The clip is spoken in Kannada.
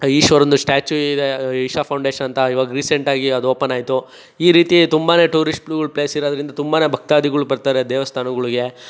ಈಶ್ವರಂದು ಸ್ಟ್ಯಾಚು ಇದೆ ಇಶಾ ಫೌಂಡೇಶನ್ ಅಂತ ಈವಾಗ ರೀಸೆಂಟಾಗಿ ಅದು ಓಪನ್ ಆಯಿತು ಈ ರೀತಿ ತುಂಬನೇ ಟೂರಿಸ್ಟ್ ಪ್ಲು ಪ್ಲೇಸಿರೋದ್ರಿಂದ ತುಂಬನೇ ಭಕ್ತಾದಿಗಳು ಬರ್ತಾರೆ ದೇವಸ್ಥಾನಗಳಿಗೆ